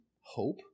hope